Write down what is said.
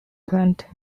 plant